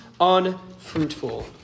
unfruitful